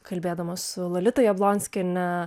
kalbėdamos su lolita jablonskiene